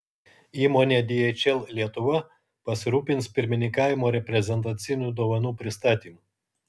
įmonė dhl lietuva pasirūpins pirmininkavimo reprezentacinių dovanų pristatymu